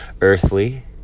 earthly